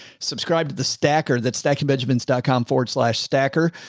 subscribe to the stacker that stacking benjamins dot com forward slash stacker.